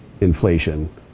inflation